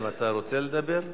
האם כך נוהגת מדינה מתוקנת?